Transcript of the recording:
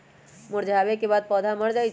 मुरझावे के बाद पौधा मर जाई छई